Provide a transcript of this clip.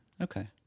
Okay